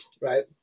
right